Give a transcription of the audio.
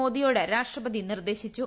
മോദിയോട്ട് രാഷ്ട്രപതി നിർദ്ദേശിച്ചു